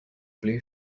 blue